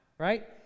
Right